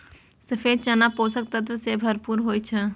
सफेद चना पोषक तत्व सं भरपूर होइ छै